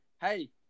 Hey